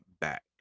back